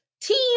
team